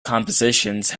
compositions